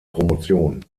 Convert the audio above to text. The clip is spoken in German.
promotion